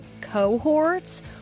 cohorts